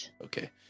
Okay